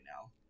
now